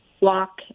walk